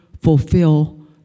fulfill